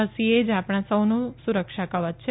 રસી એ જ આપણા સૌનું સુરક્ષા કવય છે